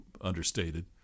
understated